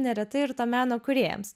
neretai ir to meno kūrėjams